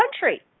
country